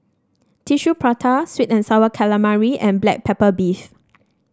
Tissue Prata sweet and sour calamari and Black Pepper Beef